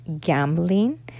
gambling